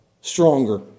stronger